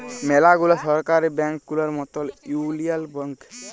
ম্যালা গুলা সরকারি ব্যাংক গুলার মতল ইউলিয়াল ব্যাংক